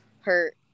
hurt